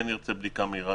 שנרצה בדיקה מהירה